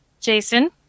Jason